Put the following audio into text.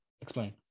explain